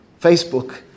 Facebook